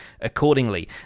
accordingly